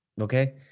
Okay